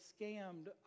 scammed